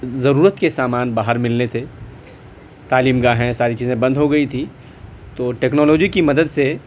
ضرورت کے سامان باہر مل رہے تھے تعلیم گاہیں ساری چیزیں بند ہو گئی تھی تو ٹیکنالوجی کے مدد سے